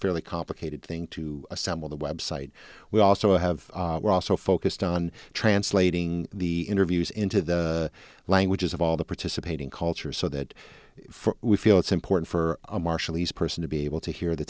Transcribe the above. fairly complicated thing to assemble the website we also have we're also focused on translating the interviews into the languages of all the participating culture so that we feel it's important for a marshallese person to be able to hear the